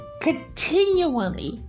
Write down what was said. continually